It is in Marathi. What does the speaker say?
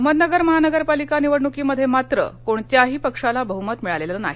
अहमदनगर महापालिका निवडणुकीमध्ये मात्र कोणत्याही पक्षाला बह्मत मिळालेल नाही